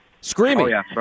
Screaming